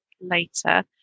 later